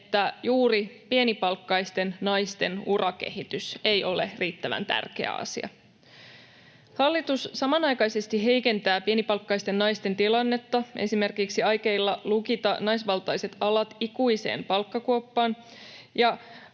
että juuri pienipalkkaisten naisten urakehitys ei ole riittävän tärkeä asia. Hallitus samanaikaisesti heikentää pienipalkkaisten naisten tilannetta esimerkiksi aikeilla lukita naisvaltaiset alat ikuiseen palkkakuoppaan,